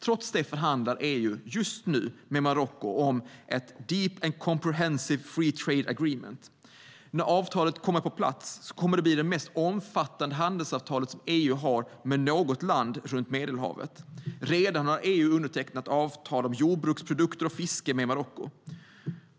Trots det förhandlar EU just nu med Marocko om ett deep and comprehensive free trade agreement. När avtalet är på plats kommer det att bli det mest omfattande handelsavtal som EU har med något land runt Medelhavet. EU har redan undertecknat avtal om handel med jordbruksprodukter och fiske med Marocko.